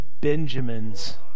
Benjamin's